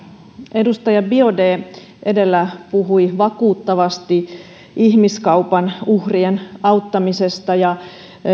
edustaja biaudet edellä puhui vakuuttavasti ihmiskaupan uhrien auttamisesta ja